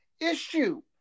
issue